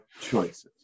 choices